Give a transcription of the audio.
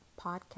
podcast